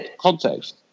context